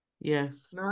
yes